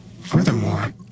Furthermore